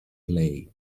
play